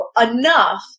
enough